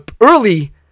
early